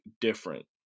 different